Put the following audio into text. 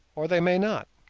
or they may not.